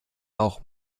auch